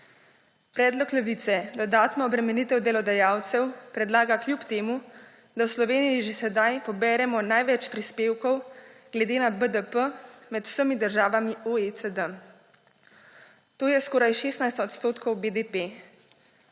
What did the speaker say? Predlog, dodatno obremenitev delodajalcev, predlaga Levica, kljub temu da v Sloveniji že sedaj poberemo največ prispevkov glede na BDP med vsemi državami OECD. To je skoraj 16 odstotkov BDP.